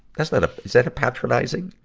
that's not a, is that a patronizing,